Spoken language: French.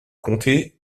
comté